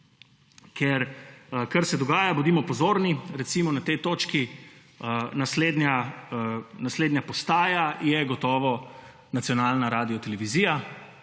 Ker kar se dogaja, bodimo pozorni, recimo na tej točki naslednja postaja je gotovo nacionalna radiotelevizija,